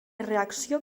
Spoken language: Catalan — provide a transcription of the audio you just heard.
reacció